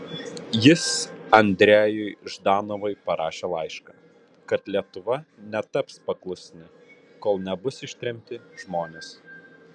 jis andrejui ždanovui parašė laišką kad lietuva netaps paklusni kol nebus ištremti žmonės